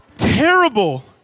Terrible